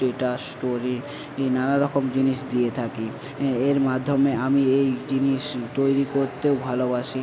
status story ই নানা রকম জিনিস দিয়ে থাকি এ এর মাধ্যমে আমি এই জিনিস তৈরি করতেও ভালোবাসি